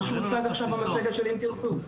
מה שהוצג עכשיו במצגת של "אם תרצו".